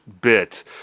bit